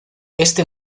éste